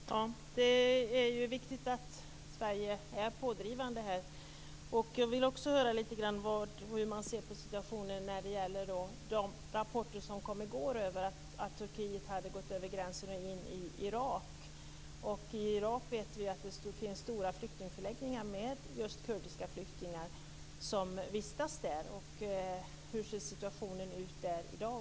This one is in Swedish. Fru talman! Det är ju viktigt att Sverige är pådrivande i detta sammanhang. Jag vill också höra lite grann om hur man ser på de rapporter som kom i går om att Turkiet har gått över gränsen till Irak. Vi vet att det i Irak finns stora flyktingförläggningar där kurdiska flyktingar vistas. Hur ser situationen ut där i dag?